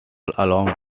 along